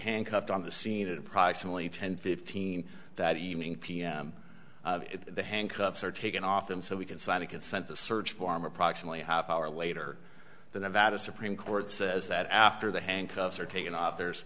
handcuffed on the scene at approximately ten fifteen that evening pm the handcuffs are taken off and so we can sign a consent to search form approximately a half hour later the nevada supreme court says that after the handcuffs are taken off there's